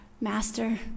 master